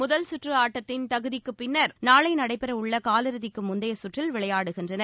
முதல் சுற்று ஆட்டத்தின் தகுதிக்குப் பின்னர் நாளை நடைபெறவுள்ள காலிறுதிக்கு முந்தையச் சுற்றில் விளையாடுகின்றனர்